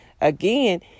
again